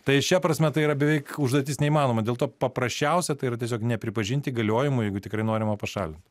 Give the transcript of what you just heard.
tai šia prasme tai yra beveik užduotis neįmanoma dėl to paprasčiausia tai yra tiesiog nepripažint įgaliojimų jeigu tikrai norima pašalint